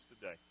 today